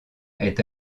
est